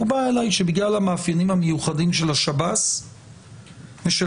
מקובל עליי שבגלל המאפיינים המיוחדים של השב"ס ושל